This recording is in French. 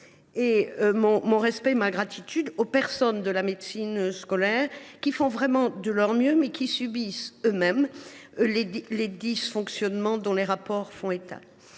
mon respect et ma gratitude aux personnes de la médecine scolaire, qui font vraiment de leur mieux, mais qui subissent elles mêmes les dysfonctionnements dont les rapports font état.